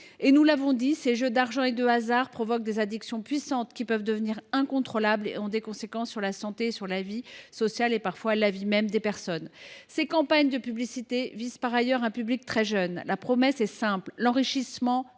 Nous l’avons dit, ces jeux d’argent et de hasard provoquent des addictions puissantes, qui peuvent devenir incontrôlables et qui ont des conséquences sur la santé, la vie sociale et, parfois, la vie même des personnes. Ces campagnes de publicité visent par ailleurs un public très jeune. La promesse est simple : l’enrichissement